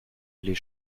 les